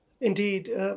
indeed